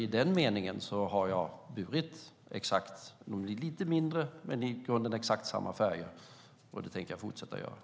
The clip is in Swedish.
I den meningen har jag burit samma band - lite mindre, men med i grunden exakt samma färger. Och det tänker jag fortsätta att göra.